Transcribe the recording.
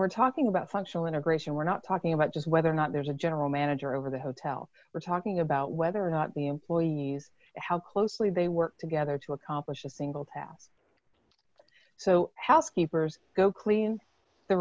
we're talking about functional integration we're not talking about just whether or not there's a general manager over the hotel we're talking about whether or not the employees how closely they work together to accomplish a single task so housekeepers go clean the